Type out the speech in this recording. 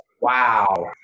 Wow